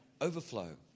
overflow